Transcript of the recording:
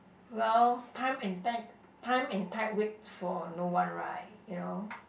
well time and time and time wait for no one right you know